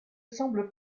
semblent